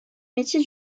métiers